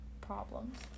problems